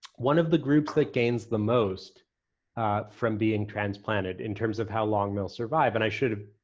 one of the groups that gains the most from being transplanted in terms of how long they'll survive. and i should